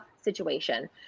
situation